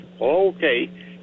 Okay